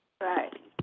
Right